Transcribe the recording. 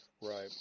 Right